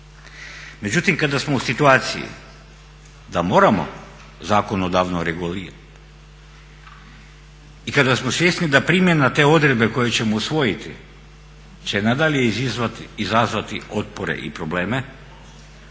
Međutim, kada smo u situaciji da moramo zakonodavno regulirati i kada smo svjesni da primjena te odredbe koju ćemo usvojiti će i nadalje izazvati otpore i probleme